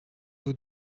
vous